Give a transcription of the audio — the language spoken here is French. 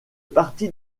partie